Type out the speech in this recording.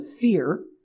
fear